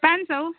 पाँच सौ